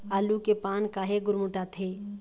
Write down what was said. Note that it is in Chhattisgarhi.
आलू के पान काहे गुरमुटाथे?